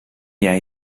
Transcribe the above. jij